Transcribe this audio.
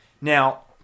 Now